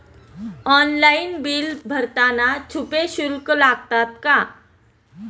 Online bill भरताना छुपे शुल्क लागतात का?